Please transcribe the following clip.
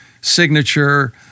signature